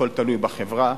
הכול תלוי בחברה.